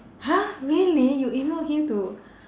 !huh! really you email him to